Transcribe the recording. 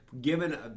given